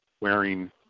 wearing